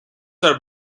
are